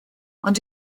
ond